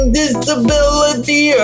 disability